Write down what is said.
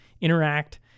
Interact